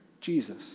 Jesus